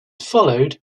followed